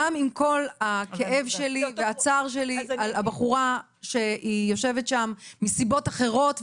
גם עם כל הכאב והצער שלי על הבחורה שיושבת שם מסיבות אחרות,